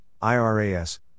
IRAS